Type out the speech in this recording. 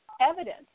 evidence